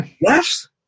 Yes